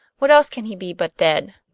what else can he be but dead?